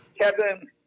Kevin